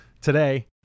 today